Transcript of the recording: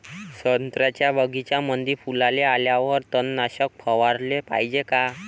संत्र्याच्या बगीच्यामंदी फुलाले आल्यावर तननाशक फवाराले पायजे का?